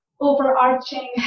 overarching